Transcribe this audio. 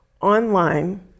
online